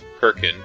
Kirkin